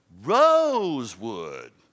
Rosewood